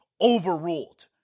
overruled